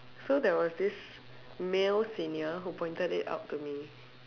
so there was this male senior that pointed it out to me